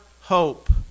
hope